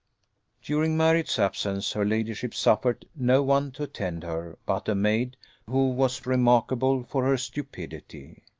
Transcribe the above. during marriott's absence, her ladyship suffered no one to attend her but a maid who was remarkable for her stupidity.